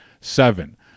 seven